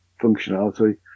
functionality